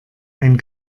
ein